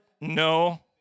no